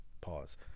Pause